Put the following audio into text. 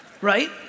Right